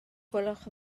gwelwch